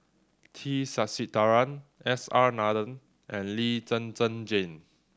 T Sasitharan S R Nathan and Lee Zhen Zhen Jane